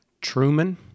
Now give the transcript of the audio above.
Truman